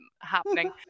happening